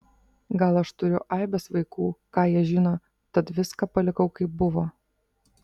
gal aš turiu aibes vaikų ką jie žino tad viską palikau kaip buvo